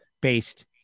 based